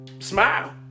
Smile